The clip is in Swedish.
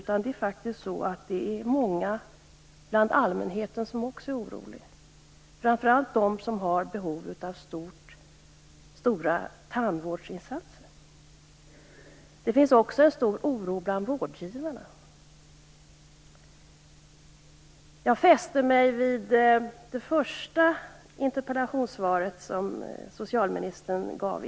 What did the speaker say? Bland allmänheten är det många som är oroliga, framför allt de som har behov av stora tandvårdsinsatser. Det finns också en stor oro bland vårdgivarna. Jag fäste mig vid socialministerns första interpellationssvar i dag.